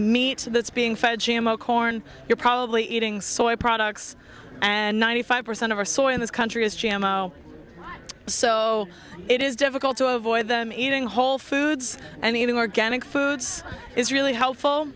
meat that's being fed corn you're probably eating soya products and ninety five percent of our soil in this country is g m o so it is difficult to avoid them eating whole foods and eating organic foods is really helpful